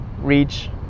reach